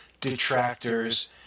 detractors